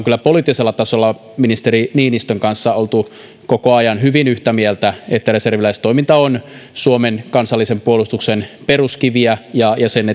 kyllä poliittisella tasolla ministeri niinistön kanssa olleet koko ajan hyvin yhtä mieltä tästä päätavoitteesta että reserviläistoiminta on suomen kansallisen puolustuksen peruskiviä ja sen